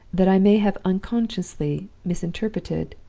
that i may have unconsciously misinterpreted,